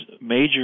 major